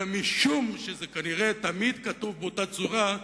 אלא משום שזה כנראה תמיד כתוב באותה צורה,